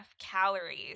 calories